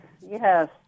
Yes